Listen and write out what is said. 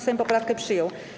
Sejm poprawkę przyjął.